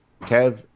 Kev